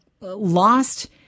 lost